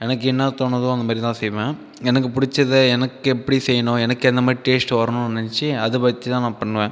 எனக்கு என்ன தோணுதோ அந்த மாதிரி தான் செய்வேன் எனக்கு பிடிச்சத எனக்கு எப்படி செய்யணும் எனக்கு எந்த மாதிரி டேஸ்ட் வரணும்னு நினைச்சு அதை வச்சு தான் நான் பண்ணுவேன்